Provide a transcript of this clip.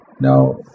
Now